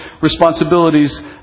responsibilities